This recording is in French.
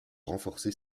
renforcer